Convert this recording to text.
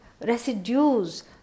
residues